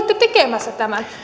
tekemässä tämän